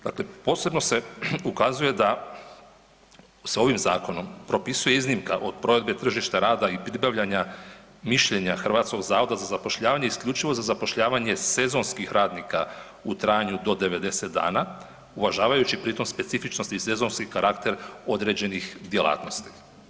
Dakle, posebno se ukazuje da se ovim zakonom propisuje iznimka od provedbe tržišta rada i pribavljanja mišljenja HZZ-a isključivo za zapošljavanje sezonskih radnika u trajanju do 90 dana uvažavajući pri tom specifičnosti i sezonski karakter određenih djelatnosti.